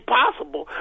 possible